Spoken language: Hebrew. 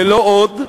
ולא עוד.